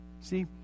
See